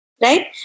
right